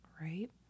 right